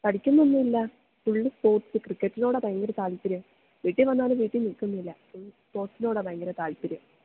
പഠിക്കുന്നതൊന്നുമില്ല fully sports ക്രിക്കറ്റിനോടാണ് ഭയങ്കരം താല്പര്യം വീട്ടില് വന്നാലും വീട്ടില് നില്ക്കുന്നില്ല സ്പോർട്സിനോടാണ് ഭയങ്കരം താല്പര്യം